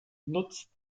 nutzt